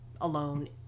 alone